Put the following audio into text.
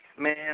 man